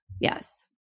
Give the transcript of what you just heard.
Yes